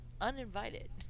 uninvited